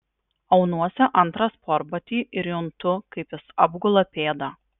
aunuosi antrą sportbatį ir juntu kaip jis apgula pėdą